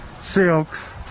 silks